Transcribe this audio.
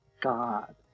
God